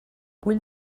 vull